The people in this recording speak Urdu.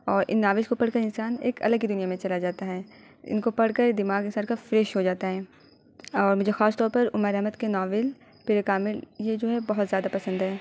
اور ان ناولس کو پڑھ کر انسان ایک الگ ہی دنیا میں چلا جاتا ہے ان کو پڑھ کر دماغ انسان کا فریش ہو جاتا ہے اور مجھے خاص طور پر عمیر احمد کے ناول پیر کامل یہ جو ہے بہت زیادہ پسند ہے